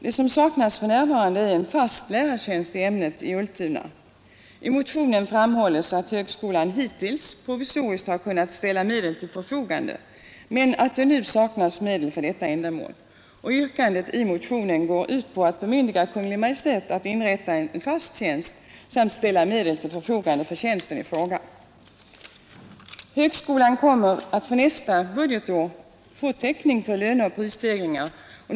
Det saknas för närvarande en fast lärartjänst i ämnet i Ultuna. I motionen framhålls att högskolan hittills provisoriskt har kunnat ställa medel till förfogande men att det nu saknas medel för detta ändamål. Yrkandet i motionen går ut på att bemyndiga Kungl. Maj:t att inrätta en fast tjänst samt ställa medel till förfogande för tjänsten. Högskolan kommer att för nästa budgetår få täckning för löneoch prisstegringar.